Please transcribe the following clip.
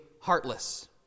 heartless